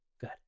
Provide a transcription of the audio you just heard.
Good